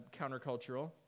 countercultural